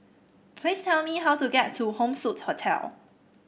please tell me how to get to Home Suite Hotel